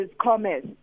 commerce